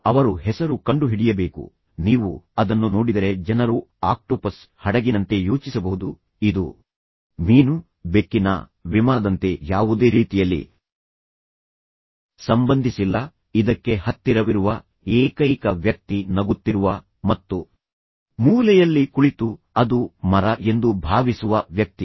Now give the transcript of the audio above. ಅವರು ಹೆಸರು ಕಂಡುಹಿಡಿಯಬೇಕು ನೀವು ಅದನ್ನು ನೋಡಿದರೆ ಜನರು ಆಕ್ಟೋಪಸ್ ಹಡಗಿನಂತೆ ಯೋಚಿಸಬಹುದು ಇದು ಮೀನು ಬೆಕ್ಕಿನ ವಿಮಾನದಂತೆ ಯಾವುದೇ ರೀತಿಯಲ್ಲಿ ಸಂಬಂಧಿಸಿಲ್ಲ ಇದಕ್ಕೆ ಹತ್ತಿರವಿರುವ ಏಕೈಕ ವ್ಯಕ್ತಿ ನಗುತ್ತಿರುವ ಮತ್ತು ಮೂಲೆಯಲ್ಲಿ ಕುಳಿತು ಅದು ಮರ ಎಂದು ಭಾವಿಸುವ ವ್ಯಕ್ತಿ